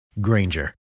Granger